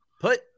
Put